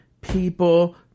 people